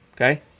Okay